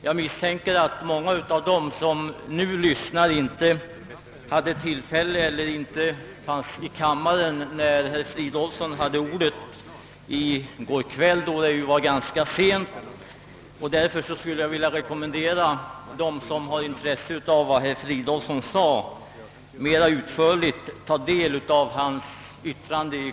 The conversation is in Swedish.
Jag misstänker att många av dem som nu lyssnar inte fanns i kammaren när herr Fridolfsson hade ordet ganska sent i går kväll, och därför skulle jag vilja rekommendera dem som har intresse för saken att mera utförligt ta del av detta hans yttrande.